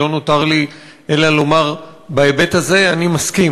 לא נותר לי אלא לומר בהיבט הזה שאני מסכים